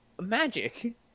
Magic